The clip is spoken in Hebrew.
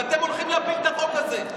ואתם הולכים להפיל את החוק הזה.